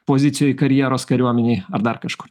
pozicijoj karjeros kariuomenėj ar dar kažkur